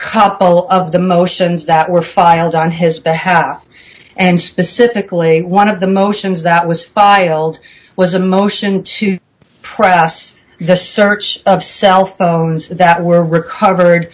couple of the motions that were filed on his behalf and specifically one of the motions that was filed was a motion to process the search of cell phones that were recovered